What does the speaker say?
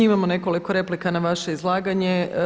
Imamo nekoliko replika na vaše izlaganje.